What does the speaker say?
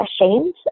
ashamed